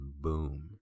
boom